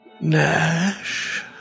Nash